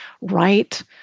right